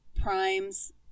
Prime's